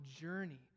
journey